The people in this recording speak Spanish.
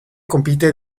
compite